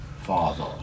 Father